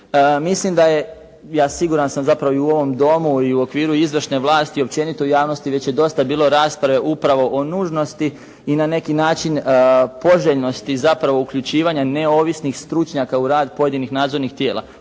Mislim da je, ja siguran sam zapravo i u ovom domu i u okviru izvršne vlasti i općenito javnosti već je dosta bilo rasprave upravo o nužnosti i na neki način poželjnosti zapravo uključivanja neovisnih stručnjaka u rad pojedinih nadzornih odbora.